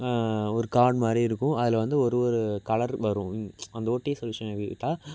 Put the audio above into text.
ஒரு கார்டு மாதிரி இருக்கும் அதில் வந்து ஒரு ஒரு கலர் வரும் அந்த ஓடிஏ சொலுயூஷன விட்டால்